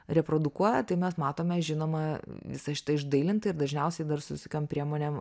reprodukuoja tai mes matome žinoma visa šita išdailinta ir dažniausiai dar su visokiom priemonėm